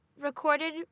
recorded